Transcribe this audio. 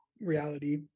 reality